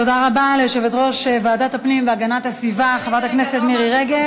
תודה רבה ליושבת-ראש ועדת הפנים והגנת הסביבה חברת הכנסת מירי רגב.